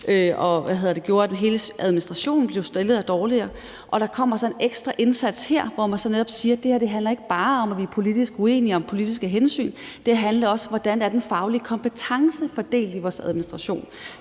at hele administrationen blev stillet dårligere. Og der kommer så en ekstra indsats her, hvor man så netop siger, at det her ikke bare handler om, at vi er politisk uenige om politiske hensyn, men at det også handler om, hvordan den faglige kompetence er fordelt i vores administration.